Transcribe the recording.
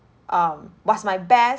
um was my best